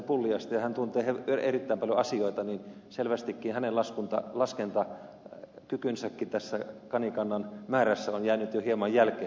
pulliaista ja hän tuntee erittäin paljon asioita niin selvästikin hänenkin laskentakykynsä tässä kanikannan määrässä on jäänyt jo hieman jälkeen